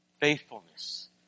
faithfulness